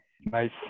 Nice